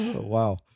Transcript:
Wow